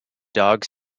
dog